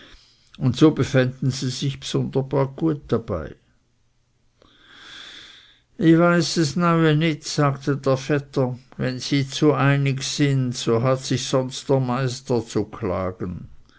und so befänden sie sich bsunderbar gut dabei ich weiß neue nit sagte der vetter wenn sie zu einig sind so hat sich sonst der meister zu klagen